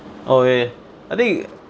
oh ya ya I think I